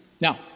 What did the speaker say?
Now